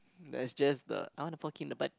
there is just the I wanna the four king the butt